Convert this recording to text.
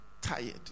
tired